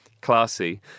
classy